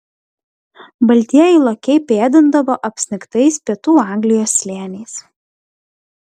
baltieji lokiai pėdindavo apsnigtais pietų anglijos slėniais